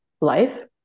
life